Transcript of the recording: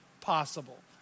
possible